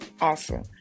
awesome